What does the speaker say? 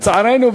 לצערנו,